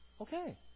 Okay